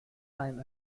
time